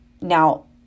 Now